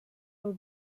del